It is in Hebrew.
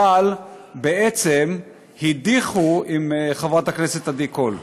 אבל בעצם הדיחו, עם חברת הכנסת עדי קול.